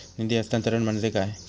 निधी हस्तांतरण म्हणजे काय?